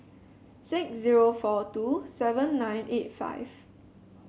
six zero four two seven nine eight five